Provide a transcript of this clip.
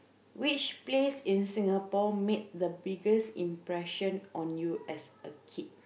which place in Singapore made the biggest impression on you as a kid